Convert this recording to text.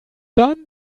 done